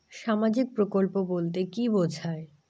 সামাজিক প্রকল্প বলতে কি বোঝায়?